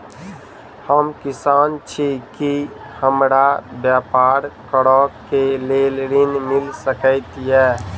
हम किसान छी की हमरा ब्यपार करऽ केँ लेल ऋण मिल सकैत ये?